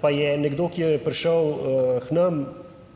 pa je nekdo, ki je prišel k nam,